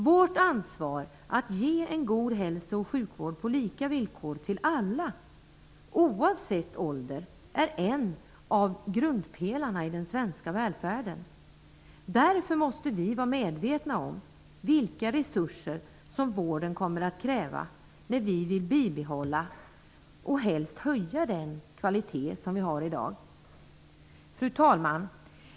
Vårt ansvar att ge en god hälso och sjukvård på lika villkor till alla oavsett ålder är en av grundpelarna i den svenska välfärden. Därför måste vi vara medvetna om vilka resurser vården kommer att kräva när vi vill bibehålla, och helst höja, den kvalitet som vi har i dag. Fru talman!